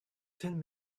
ten